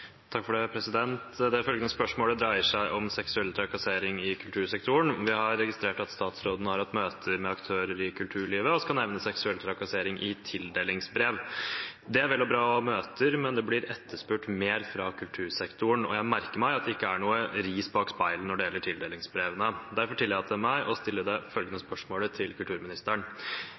Det følgende spørsmålet dreier seg om seksuell trakassering i kultursektoren. Vi har registrert at statsråden har hatt møter med aktører i kulturlivet og skal nevne seksuell trakassering i tildelingsbrev. Det er vel og bra å ha møter, men det blir etterspurt mer fra kultursektoren, og jeg merker meg at det ikke er noe ris bak speilet når det gjelder tildelingsbrevene. Derfor tillater jeg meg å stille følgende spørsmål til kulturministeren: